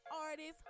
artists